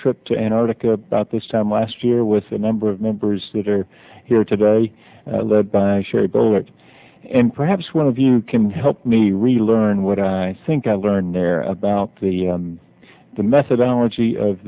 trip to an article about this time last year with the number of members that are here today and perhaps one of you can help me really learn what i think i learned there about the the methodology of